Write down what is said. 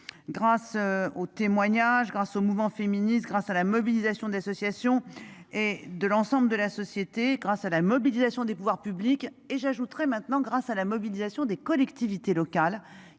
grâce aux témoignages grâce au mouvement féministe grâce à la mobilisation d'associations et de l'ensemble de la société grâce à la mobilisation des pouvoirs publics et j'ajouterai maintenant grâce à la mobilisation des collectivités locales